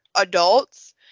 adults